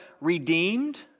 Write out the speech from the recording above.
redeemed